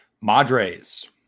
Madres